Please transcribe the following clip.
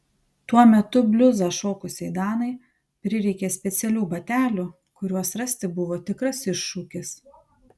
tuo metu bliuzą šokusiai danai prireikė specialių batelių kuriuos rasti buvo tikras iššūkis